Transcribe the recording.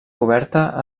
coberta